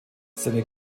seine